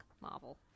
Marvel